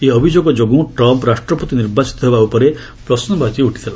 ଏହି ଅଭିଯୋଗ ଯୋଗୁଁ ଟ୍ରମ୍ପ୍ ରାଷ୍ଟ୍ରପତି ର୍ନିବାଚିତ ହେବା ଉପରେ ପ୍ରଶ୍ନବାଚୀ ଉଠାଯାଇଥିଲା